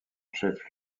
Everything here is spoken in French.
chef